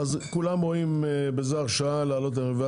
אז כולם רואי בזה הרשאה להעלות מחירים.